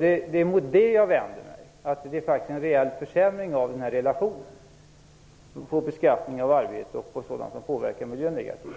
Det är mot den saken jag vänder mig. Det blir faktiskt en reell försämring av relationen i beskattningen på arbete och på sådant som påverkar miljön negativt.